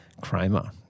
Kramer